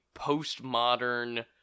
postmodern